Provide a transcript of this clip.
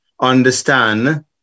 understand